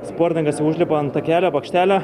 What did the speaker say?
sportininkas užlipa ant takelio bokštelio